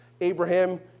Abraham